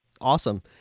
awesome